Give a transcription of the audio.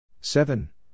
Seven